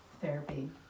therapy